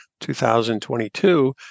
2022